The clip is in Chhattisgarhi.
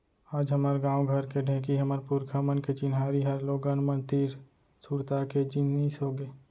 आज हमर गॉंव घर के ढेंकी हमर पुरखा मन के चिन्हारी हर लोगन मन तीर सुरता के जिनिस होगे